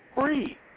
free